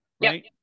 right